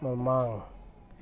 ꯃꯃꯥꯡ